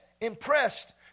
impressed